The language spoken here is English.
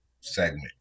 segment